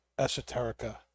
Esoterica